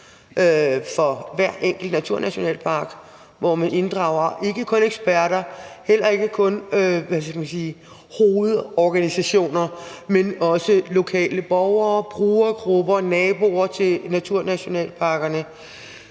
for hver enkelt naturnationalpark, hvor man ikke kun inddrager eksperter, heller ikke kun hovedorganisationer, men også lokale borgere, brugergrupper, naboer til naturnationalparkerne.